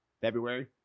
February